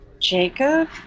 Jacob